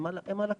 הם על הקצה.